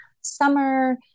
summer